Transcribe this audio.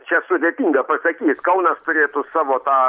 čia sudėtinga pasakyt kaunas turėtų savo tą